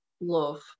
love